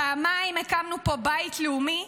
פעמיים הקמנו פה בית לאומי,